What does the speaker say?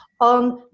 on